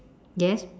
yes